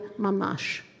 mamash